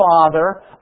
father